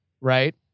Right